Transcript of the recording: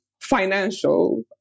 financial